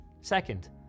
second